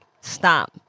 Stop